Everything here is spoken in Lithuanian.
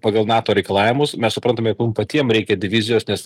pagal nato reikalavimus mes suprantame jog mum patiem reikia divizijos nes